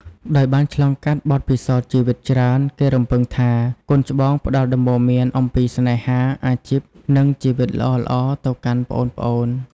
ដោយបានឆ្លងកាត់បទពិសោធន៍ជីវិតច្រើន គេរំពឹងថា កូនច្បងផ្តល់ដំបូន្មានអំពីស្នេហា អាជីព និងជីវិតល្អៗទៅកាន់ប្អូនៗ។